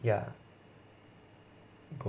ya